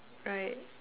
right